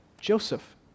Joseph